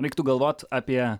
reiktų galvot apie